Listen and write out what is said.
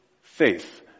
faith